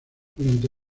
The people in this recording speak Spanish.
durante